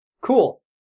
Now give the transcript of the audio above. Cool